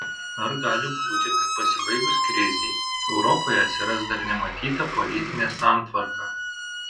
ar gali būti kad pasibaigus krizei europoje atsiras dar nematyta politinė santvarka